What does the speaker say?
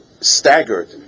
staggered